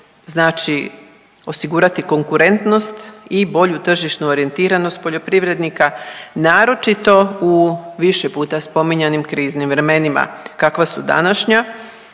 znači osigurati konkurentnost i bolju tržišnu orijentiranost poljoprivrednika naročito u više puta spominjanim kriznim vremenima kakva su današnja,